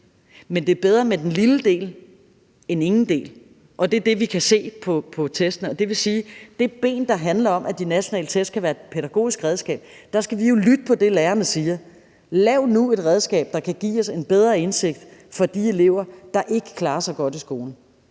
Men det er bedre med den lille del end ingen del, og det er det, vi kan se på testene. Det vil sige, at i forbindelse med det ben, der handler om, at de nationale test kan være et pædagogisk redskab, skal vi jo lytte til det, lærerne siger: Lav nu et redskab, der kan give os en bedre indsigt, hvad angår de elever, der ikke klarer sig godt i skolen.